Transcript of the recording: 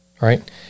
right